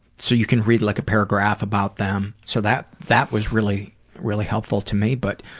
so you can read like a paragraph about them. so that that was really really helpful to me. but